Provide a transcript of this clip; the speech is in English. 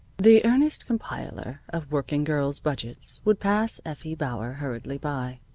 the earnest compiler of working girls' budgets would pass effie bauer hurriedly by.